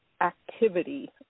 activity